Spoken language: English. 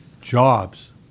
Jobs